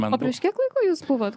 o prieš kiek laiko jūs buvot